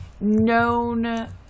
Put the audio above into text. known